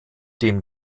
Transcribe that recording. dem